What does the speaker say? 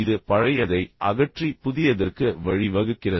இது பழையதை அகற்றி புதியதற்கு வழி வகுக்கிறது